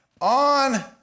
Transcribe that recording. on